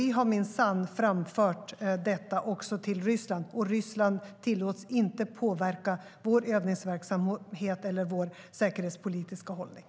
Vi har minsann framfört detta också till Ryssland, och Ryssland tillåts inte påverka vår övningsverksamhet eller vår säkerhetspolitiska hållning.